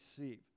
receive